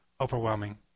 overwhelming